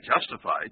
justified